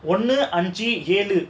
ஒன்னு அஞ்சு ஏழு:onnu anju elu